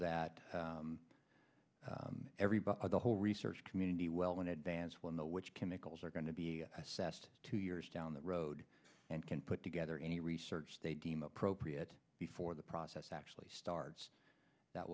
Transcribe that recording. that everybody the whole research community well in advance will know which chemicals are going to be assessed two years down the road and can put together any research they deem appropriate before the process actually starts that